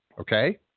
okay